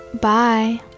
Bye